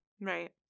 right